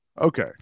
okay